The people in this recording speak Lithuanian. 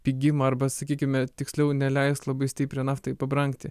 pigimą arba sakykime tiksliau neleist labai stipriai naftai pabrangti